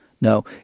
No